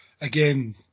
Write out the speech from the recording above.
again